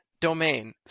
domain